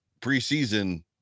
preseason